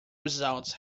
results